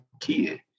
kid